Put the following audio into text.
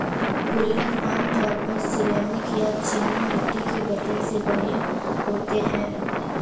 गुल्लक आमतौर पर सिरेमिक या चीनी मिट्टी के बरतन से बने होते हैं